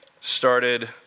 started